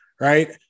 Right